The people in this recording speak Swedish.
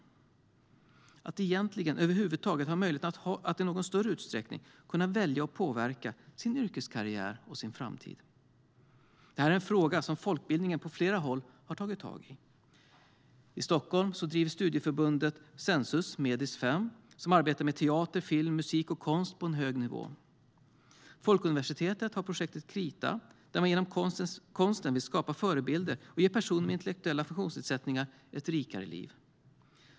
Det handlar egentligen om att över huvud taget ha möjligheten att i någon större utsträckning kunna välja och påverka sin yrkeskarriär och framtid. Det här är en fråga som folkbildningen på flera håll har tagit tag i. I Stockholm driver Sensus studieförbund verksamheten Medis 5, som arbetar med teater, film, musik och konst på hög nivå. Folkuniversitetet har projektet Krita där man genom konsten vill skapa förebilder och ge personer med intellektuella funktionsnedsättningar ett rikare liv.